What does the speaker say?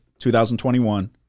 2021